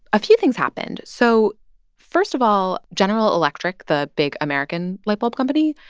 a few things happened. so first of all, general electric, the big, american light bulb company,